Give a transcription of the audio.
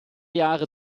jahre